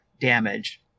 damage